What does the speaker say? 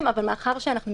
היום